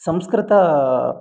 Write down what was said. Sanskrit